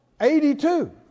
82